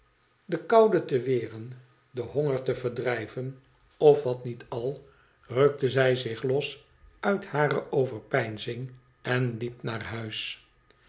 de koude te weren den honger te verdrijven of wat niet ad rukte zij zich los uit hare overpemzing en liep naar huis